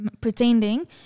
pretending